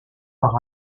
par